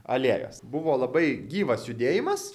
alėjos buvo labai gyvas judėjimas